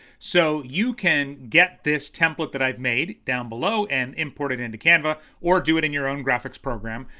so you can get this template that i've made down below and import it into canva or do it in your own graphics program.